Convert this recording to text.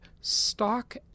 Stock